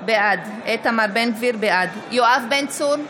בעד יואב בן צור,